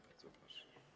Bardzo proszę.